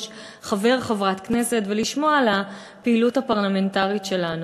חבר או חברת כנסת ולשמוע על הפעילות הפרלמנטרית שלנו.